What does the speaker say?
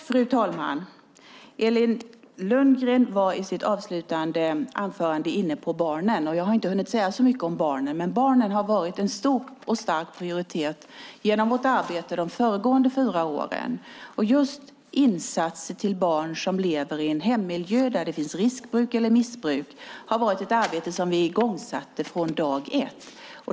Fru talman! Elin Lundgren var i sitt avslutande anförande inne på frågan om barnen. Jag har inte hunnit säga så mycket om barnen, men barnen har varit en starkt prioriterad grupp i vårt arbete under de föregående fyra åren. Insatser till barn som lever i en hemmiljö där det finns riskbruk eller missbruk är något som vi satte i gång dag ett.